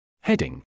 Heading